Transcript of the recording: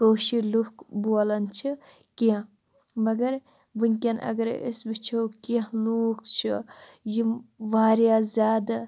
کٲشِرۍ لُکھ بولان چھِ کیٚنہہ مگر وٕنۍکٮ۪ن اگرَے أسۍ وٕچھو کیٚنہہ لوٗکھ چھِ یِم واریاہ زیادٕ